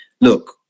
look